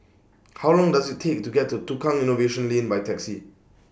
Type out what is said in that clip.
How Long Does IT Take to get to Tukang Innovation Lane By Taxi